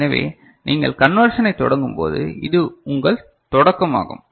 எனவே நீங்கள் கண்வேர்ஷனை தொடங்கும்போது இது உங்கள் தொடக்கம் ஆகும்